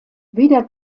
weder